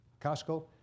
Costco